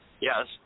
yes